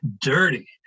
dirty